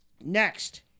Next